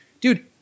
dude